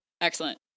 excellent